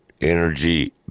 energy